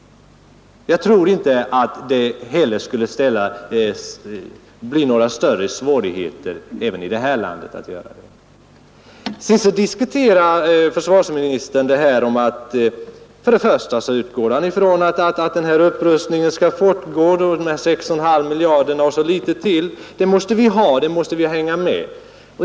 Jag tror inte att en omställning skulle vålla några större svårigheter i vårt land heller. Försvarsministern utgår från att den nuvarande upprustningen skall fortgå, att vi varje år skall förbruka 6,5 miljarder och litet till. Han anser att vi måste hänga med.